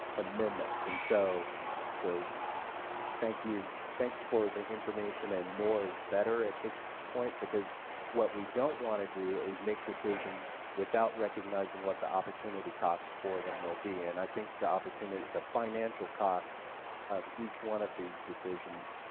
amendments. and so so thank you, thanks for the information and more is better at this point because what we don't want to do is make decisions without recognizing what the opportunity cost for them will be and i think the opportunity the financial cost of each one of these decisions,